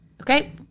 okay